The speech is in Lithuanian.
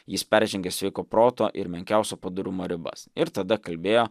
jis peržengė sveiko proto ir menkiausio padorumo ribas ir tada kalbėjo